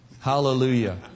Hallelujah